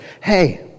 hey